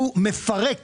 הוא מפרק